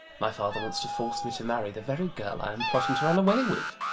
my father wants to force me to marry the very girl i am plotting to run away with!